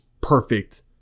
perfect